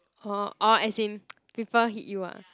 orh orh as in people hit you ah